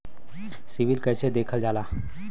CIBIL कैसे देखल जाला?